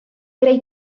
greu